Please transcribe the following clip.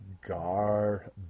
garbage